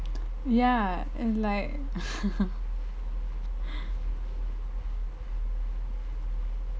ya and like